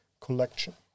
collection